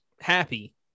happy